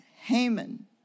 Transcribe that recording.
Haman